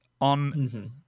on